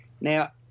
Now